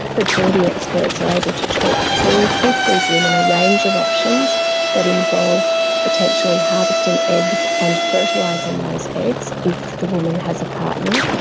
fertility experts are able to talk through with these women a range of options that involve potentially harvesting eggs and fertilising those eggs if the woman has a partner,